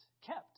kept